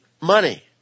money